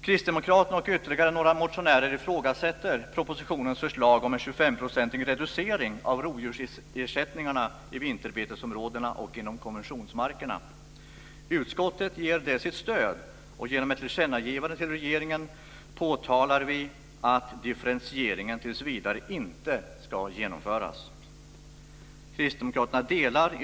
Kristdemokraterna och ytterligare några motionärer ifrågasätter propositionens förslag om en 25 Utskottet ger detta sitt stöd, och genom ett tillkännagivande till regeringen påtalar vi att denna differentiering tills vidare inte ska genomföras.